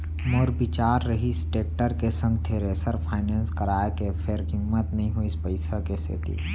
मोर बिचार रिहिस टेक्टर के संग थेरेसर फायनेंस कराय के फेर हिम्मत नइ होइस पइसा के सेती